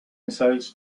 missiles